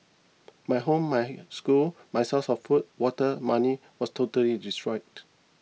my home my school my source of food water money was totally destroyed